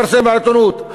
בעיתונות: